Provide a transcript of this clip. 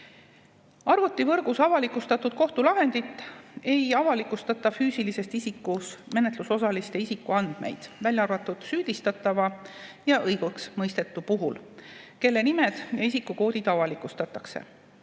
Arvutivõrgus avalikustatud kohtulahendis ei avalikustata füüsilisest isikust menetlusosaliste isikuandmeid, välja arvatud süüdistatava ja õigeksmõistetu puhul, kelle nimed ja isikukoodid avalikustatakse.